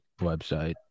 website